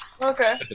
Okay